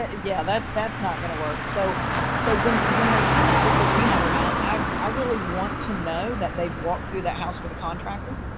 ah yeah that's not going to work. so so when when they come up with the rehab amount i i really want to know that they've walked through that house with a contractor